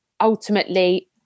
ultimately